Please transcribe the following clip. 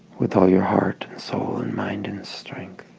with all your heart, soul, and mind and strength